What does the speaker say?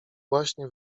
właśnie